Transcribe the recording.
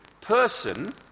person